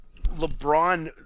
LeBron –